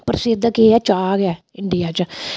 प्रसिद्ध के ऐ चाह् गै ऐ इंडिया च